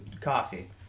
coffee